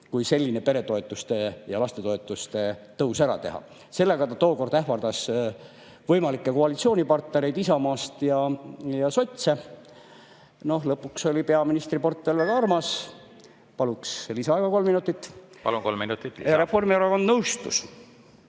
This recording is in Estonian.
kui selline peretoetuste ja lastetoetuste tõus ära teha. Sellega ta tookord ähvardas võimalikke koalitsioonipartnereid Isamaast ja sotse. Lõpuks oli peaministriportfell väga armas ja ... Paluks lisaaega kolm minutit. Palun, kolm minutit lisa! Palun,